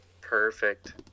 Perfect